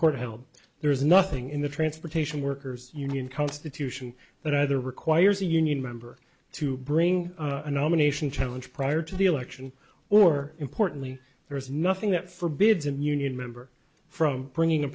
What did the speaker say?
held there is nothing in the transportation workers union constitution that either requires a union member to bring a nomination challenge prior to the election or importantly there is nothing that forbids him union member from bringing a